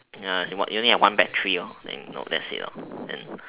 ya you only have one battery lor then that's it lor then